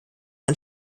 ein